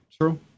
true